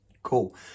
cool